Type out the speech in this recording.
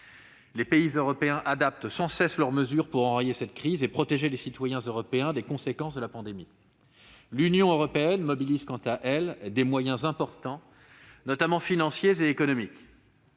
Les pays européens adaptent sans cesse leurs mesures pour enrayer cette crise et protéger les citoyens européens des conséquences de la pandémie. L'Union européenne mobilise des moyens importants, notamment financiers et économiques.